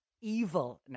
Evilness